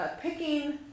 picking